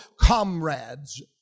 comrades